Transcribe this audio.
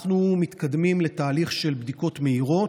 אנחנו מתקדמים לתהליך של בדיקות מהירות,